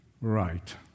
Right